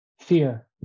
fear